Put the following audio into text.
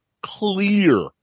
clear